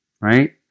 right